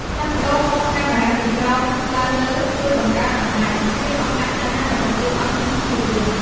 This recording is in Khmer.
ផ្លាស់ប្តូរមុំកាមេរ៉ាពីក្រោមឡើងលើជួយបង្កើនអំណាច និង ភាពអង់អាចក្លាហានរបស់តួអង្គនៅក្នុងភាពយន្ត។